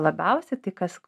labiausiai tai kas